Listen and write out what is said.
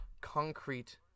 concrete